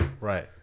right